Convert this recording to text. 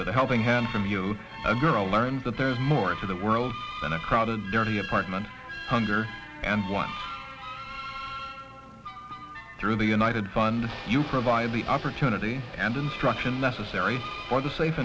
with a helping hand from you a girl learns that there is more to the world than a crowded dirty apartment hunger and want through the united fund you provide the opportunity and instruction necessary for the safe